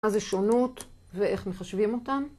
מה זה שונות ואיך מחשבים אותה